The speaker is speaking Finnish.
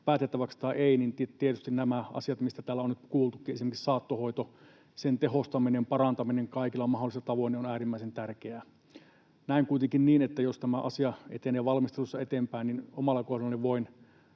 päätettäväksi tai ei, niin tietysti nämä asiat, mistä täällä on nyt kuultu, esimerkiksi saattohoito, sen tehostaminen, parantaminen kaikilla mahdollisilla tavoin, ovat äärimmäisen tärkeitä. Näen kuitenkin niin, että jos tämä asia etenee valmistelussa eteenpäin, niin omalla kohdallani